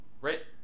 right